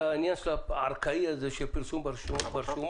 והעניין הארכאי הזה של פרסום ברשומות: